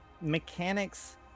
mechanics